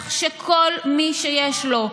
כך שכל מי שיש לו,